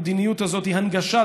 המדיניות הזאת היא הנגשה,